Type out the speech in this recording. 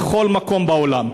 בכל מקום בעולם.